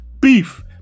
beef